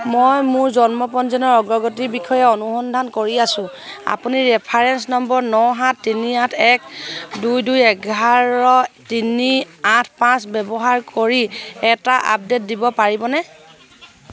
মই মোৰ জন্ম পঞ্জীয়নৰ অগ্ৰগতিৰ বিষয়ে অনুসন্ধান কৰি আছোঁ আপুনি ৰেফাৰেন্স নম্বৰ ন সাত তিনি আঠ এক দুই দুই এঘাৰ তিনি আঠ পাঁচ ব্যৱহাৰ কৰি এটা আপডেট দিব পাৰিবনে